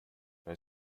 bei